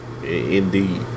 Indeed